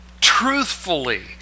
truthfully